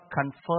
confirm